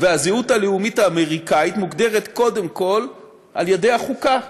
והזהות הלאומית האמריקנית מוגדרת קודם כול על ידי החוקה.